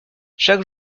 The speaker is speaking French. chaque